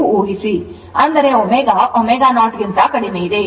ಅಂದರೆ ω ω0 ಗಿಂತ ಕಡಿಮೆಯಿದೆ